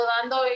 dando